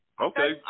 Okay